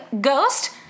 ghost